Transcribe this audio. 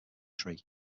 tree